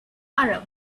arab